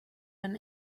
ein